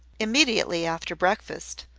immediately after breakfast,